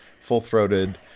full-throated